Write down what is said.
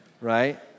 Right